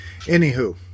anywho